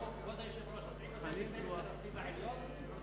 כבוד היושב-ראש, הסעיף הזה מבטל את הנציב העליון?